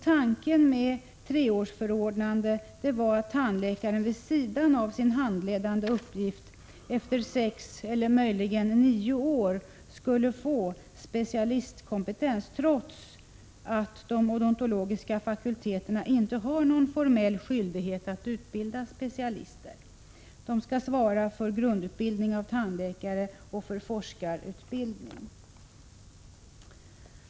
Tanken med treårsförordnanden var att tandläkaren vid sidan av sin handledande uppgift efter sex eller möjligen nio år skulle få specialistkompetens, trots att de odontologiska fakulteterna inte har någon formell skyldighet att utbilda specialister. De skall svara för grundutbildning av tandläkare och för forskarutbildning.